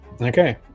Okay